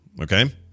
Okay